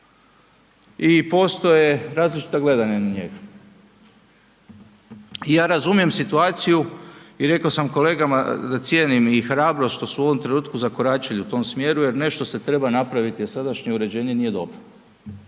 i postoje različita gledanja na njega. Ja razumijem situaciju i reko sam kolegama da cijenim i hrabrost što su u ovom trenutku zakoračili u tom smjeru jer nešto se treba napraviti jer sadašnje uređenje nije dobro.